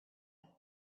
have